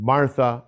Martha